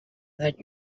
that